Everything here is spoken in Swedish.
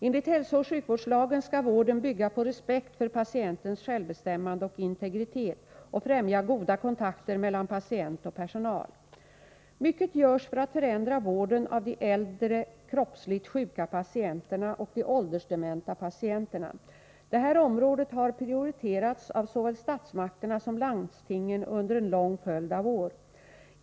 Enligt hälsooch sjukvårdslagen skall vården bygga på respekt för patientens självbestämmande och integritet och främja goda kontakter mellan patient och personal. Mycket görs för att förändra vården av de äldre kroppsligt sjuka patienterna och de åldersdementa patienterna. Det här vårdområdet har prioriterats av såväl statsmakterna som landstingen under en lång följd av år.